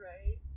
Right